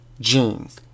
jeans